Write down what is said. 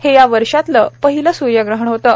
हे या वर्षातलं पहिलं सूर्यग्रहण होतं